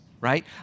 right